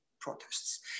protests